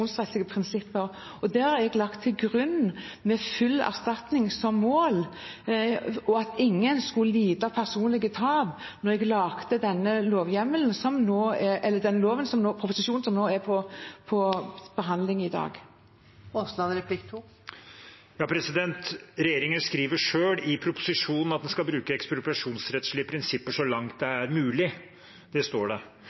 prinsipper. Det har jeg lagt til grunn – med full erstatning som mål og at ingen skulle lide personlige tap – da jeg laget den proposisjonen som behandles i dag. Regjeringen skriver selv i proposisjonen at en skal bruke ekspropriasjonsrettslige prinsipper så langt det er